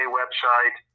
website